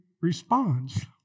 responds